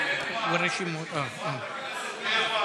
חוק להקלת נטל האסדרה בעסקים (איחוד שילוט),